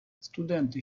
студенти